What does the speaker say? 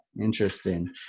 Interesting